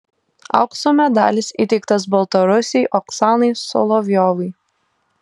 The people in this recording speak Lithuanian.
aukso medalis įteiktas baltarusei oksanai solovjovai